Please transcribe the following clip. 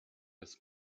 des